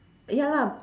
ya lah